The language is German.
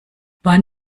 wann